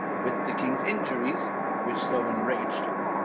with the king's injuries which so enrag'd em.